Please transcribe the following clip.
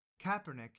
Kaepernick